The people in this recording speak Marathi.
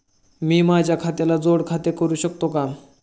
मी माझ्या खात्याला जोड खाते करू शकतो का?